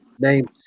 Name